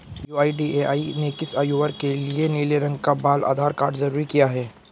UIDAI ने किस आयु वर्ग के लिए नीले रंग का बाल आधार कार्ड जारी किया है?